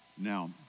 Now